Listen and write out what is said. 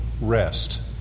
rest